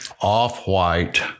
off-white